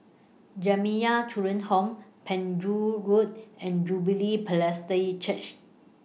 Jamiyah Children's Home Penjuru Road and Jubilee Presbyterian Church